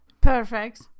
Perfect